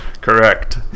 Correct